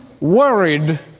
worried